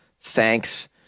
thanks